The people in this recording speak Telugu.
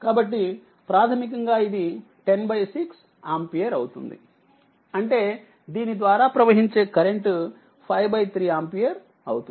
కాబట్టి ప్రాథమికంగా ఇది 106 ఆంపియర్ అవుతుంది అంటే దీనిద్వారాప్రవహించే కరెంట్ 53 ఆంపియర్ అవుతుంది